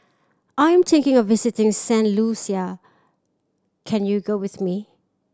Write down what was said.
I'm thinking of visiting Saint Lucia can you go with me